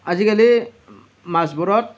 আজিকালি মাছবোৰত